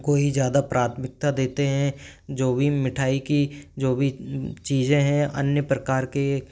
उनको ही ज़्यादा प्राथमिकता देते हैं जो भी मिठाई की जो भी चीज़ें हैं अन्य प्रकार के